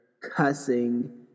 cussing